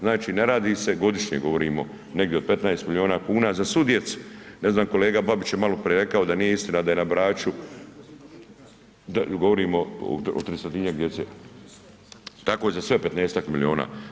Znači, ne radi se, godišnje govorimo negdje od 15 miliona kuna za svu djecu, ne znam kolega Babić je maloprije rekao da nije istina da je na Braču, govorimo o 300-tinjak djece, tako za sve 15-tak miliona.